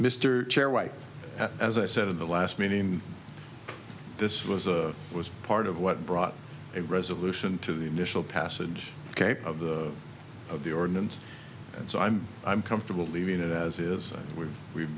mr chair white as i said in the last meeting this was a it was part of what brought a resolution to the initial passage of the of the ordinance and so i'm i'm comfortable leaving it as is we've we've